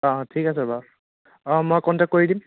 অঁ অঁ ঠিক আছে বাৰু অঁ মই কণ্টেক্ট কৰি দিম